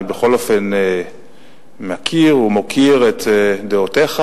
אני בכל אופן מכיר ומוקיר את דעותיך,